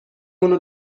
اونو